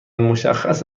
مشخص